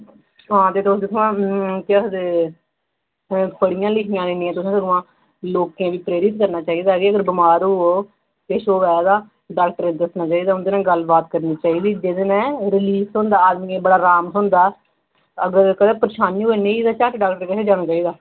तां ते तुस उत्थुआं केह् आखदे पढ़ियां लिखियां न इन्नियां तुसें सगुआं लोकें गी प्रेरित करना चाहिदा कि अगर बमार होवो ते डाक्टरै गी दस्सना चाहिदा उंंदे कन्नै गल्लबात करनी चाहिदी जेह्दे कन्नै रलीफ थ्होंदा आदमियै गी बड़ा आराम थ्होंदा अग्गुं अगर परेशानी होऐ नेही ते झट्ट डाक्टरै कश जाना चाहिदा